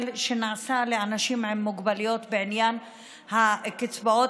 שנעשה לאנשים עם מוגבלויות בעניין הקצבאות.